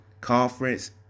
conference